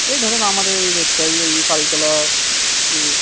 ওই ধরুন আমার ওই রুটটাই এই কলতলা টু